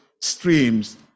streams